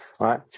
right